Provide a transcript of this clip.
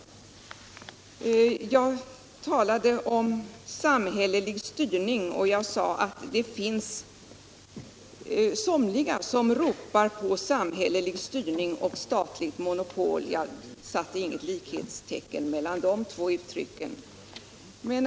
Jag talade om samhällelig styrning och sade att det finns somliga som ropar på samhällelig styrning och statsmonopol, men jag satte inget lik Videogram Videogram hetstecken mellan de två uttrycken.